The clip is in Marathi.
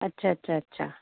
अच्छा अच्छा अच्छा